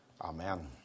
Amen